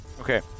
Okay